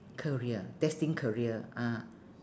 career destined career ah